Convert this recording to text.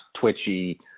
twitchy